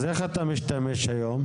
אז מה אתה עושה היום?